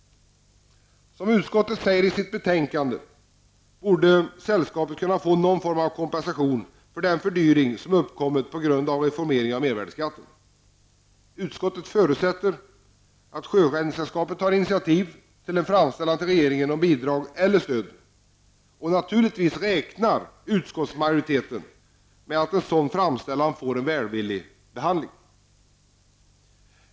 Som utskottet framhåller i sitt betänkande borde sällskapet kunna få någon form av kompensation för den fördyring som uppkommit på grund av reformeringen mervärdeskatten. Utskottet förutsätter att Sjöräddningssällskapet tar initiativ till en framställning till regeringen om bidrag eller stöd, och naturligtvis räknar utskottsmajoriteten med att en sådan framställning får en välvillig behandling.